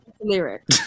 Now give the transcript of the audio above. lyric